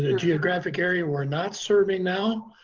ah geographic area we're not serving now?